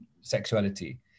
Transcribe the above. sexuality